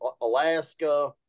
Alaska